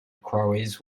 quarries